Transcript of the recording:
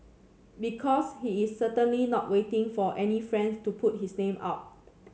because he is certainly not waiting for any friends to put his name up